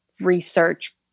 research